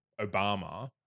Obama